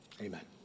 Amen